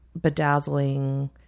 bedazzling